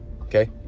okay